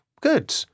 good